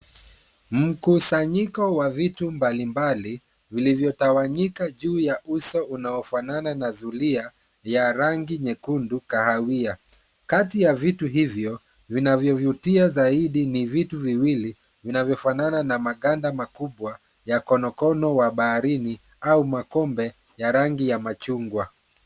Mkusanyiko wa vitu mbalimbali, vilivyotawanyika juu ya uso unaofanana na zulia ya rangi nyekundu, kahawia. kati ya vitu hivyo vinavyovutia zaidi ni vitu viwili, vinavyofanana na maganda makubwa ya konokono wa baharini, ama makombe ya rangi ya machungwa.